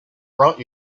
brought